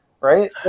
right